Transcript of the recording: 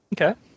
Okay